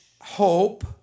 hope